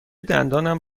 دندانم